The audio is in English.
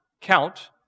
count